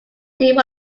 see